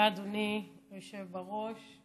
תודה, אדוני היושב בראש.